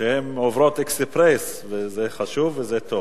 שעוברות אקספרס, וזה חשוב וזה טוב.